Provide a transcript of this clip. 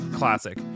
classic